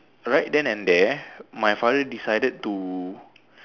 right then and there my father decided to